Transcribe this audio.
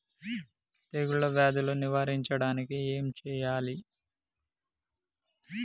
తెగుళ్ళ వ్యాధులు నివారించడానికి ఏం చేయాలి?